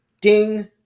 ding